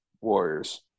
Warriors